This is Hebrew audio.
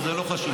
אז זה לא חשוב.